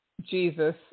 Jesus